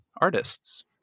artists